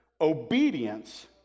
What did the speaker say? obedience